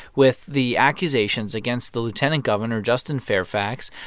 with the accusations against the lieutenant governor, justin fairfax,